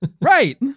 Right